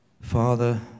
Father